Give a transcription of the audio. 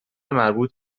مربوط